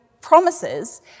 promises